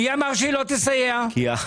מי אמר שהיא לא תסייע להן?